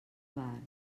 bar